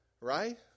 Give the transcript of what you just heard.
Right